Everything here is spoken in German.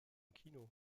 kino